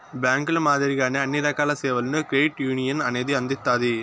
బ్యాంకుల మాదిరిగానే అన్ని రకాల సేవలను క్రెడిట్ యునియన్ అనేది అందిత్తాది